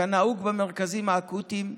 כנהוג במרכזים האקוטיים,